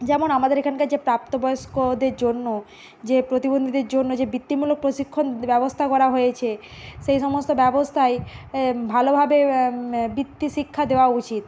যেমন আমাদের এখানকার যে প্রাপ্তবয়স্কদের জন্য যে প্রতিবন্ধীদের জন্য যে বৃত্তিমূলক প্রশিক্ষণ ব্যবস্থা করা হয়েছে সেই সমস্ত ব্যবস্থাই ভালোভাবে বিত্তি শিক্ষা দেওয়া উচিত